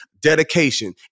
dedication